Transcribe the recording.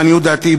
לעניות דעתי,